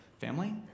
family